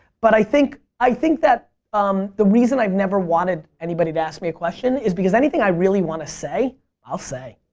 but i think i think that um the reason i've never wanted anybody to ask me a question is because anything i really want to say i'll say.